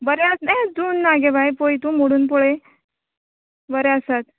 बरें आसा हे जून ना गे बाये पळय तूं मोडून पळय बरें आसात